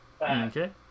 Okay